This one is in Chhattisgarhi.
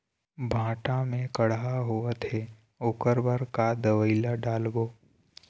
भांटा मे कड़हा होअत हे ओकर बर का दवई ला डालबो?